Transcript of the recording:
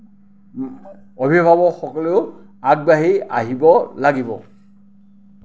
অভিভাৱকসকলেও আগবাঢ়ি আহিব লাগিব